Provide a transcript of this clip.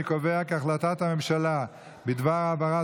אני קובע כי החלטת הממשלה בדבר העברת